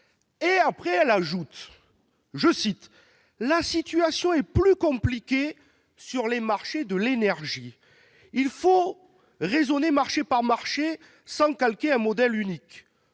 Mais elle a ajouté :« La situation est plus compliquée sur les marchés de l'énergie. Il faut raisonner marché par marché, sans calquer un modèle unique.